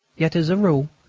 yet, as a rule,